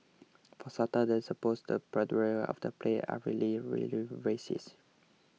for starters the supposed 'protagonists' of the play are really really racist